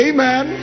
Amen